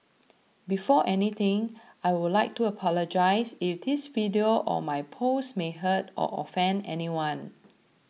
before anything I would like to apologise if this video or my post may hurt or offend anyone